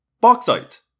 bauxite